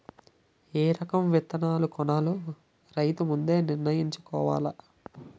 ఏ రకం విత్తనాలు కొనాలో రైతు ముందే నిర్ణయించుకోవాల